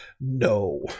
no